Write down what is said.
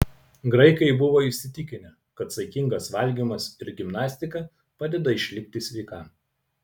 graikai buvo įsitikinę kad saikingas valgymas ir gimnastika padeda išlikti sveikam